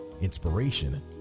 inspiration